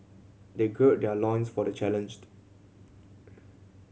they gird their loins for the challenged